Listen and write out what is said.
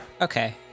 Okay